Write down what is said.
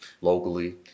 locally